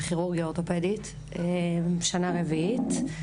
בכירורגיה אורתופדית שנה רביעית.